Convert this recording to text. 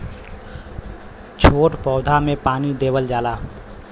छोट पौधा में पानी देवल जाला